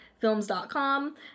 films.com